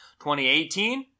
2018